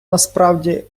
насправді